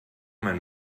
mein